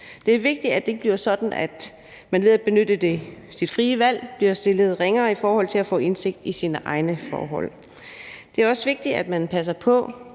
Det er vigtigt, at det ikke bliver sådan, at man ved at benytte det frie valg bliver stillet ringere i forhold til at få indsigt i sine egne forhold. Det er også vigtigt, at man passer på